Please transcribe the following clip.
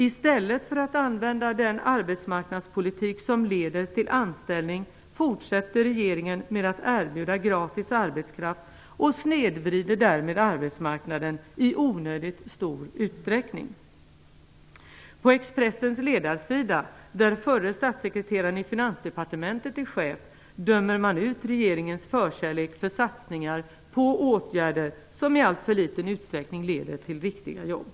I stället för att använda den arbetsmarknadspolitik som leder till anställning fortsätter regeringen med att erbjuda gratis arbetskraft och snedvrider därmed arbetsmarknaden i onödigt stor utsträckning. På Expressens ledarsida -- där förre statssekreteraren i Finansdepartementet är chef -- dömer man ut regeringens förkärlek för satsningar på åtgärder, som i alltför liten utsträckning leder till riktiga jobb.